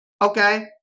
Okay